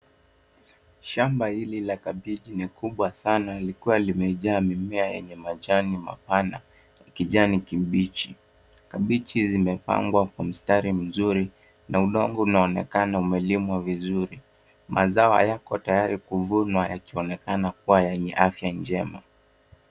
Shamba hili la kabichi ni kubwa sana likiwa limejaa mimea yenye majani mapana ya kijani kibichi. Kabichi zimepangwa kwa mstari mzuri na udongo unaonekana umelimwa vizuri. Mazao hayako tayari kuvunwa yakionekana kuwa yenye afya njema.